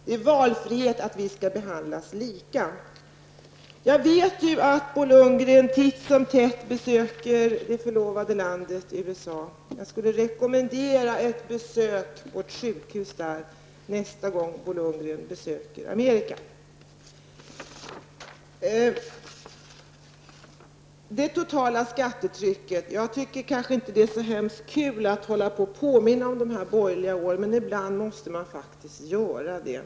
Det är valfrihet att vi skall behandlas lika. Jag vet ju att Bo Lundgren titt och tätt besöker det förlovade landet USA. Jag rekommenderar att Bo Lundgren på sin nästa resa till Amerika besöker ett sjukhus där. Jag tycker att det kanske inte är så hemskt kul att påminna om de borgerliga åren, men i bland måste man faktiskt göra det.